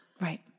Right